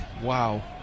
Wow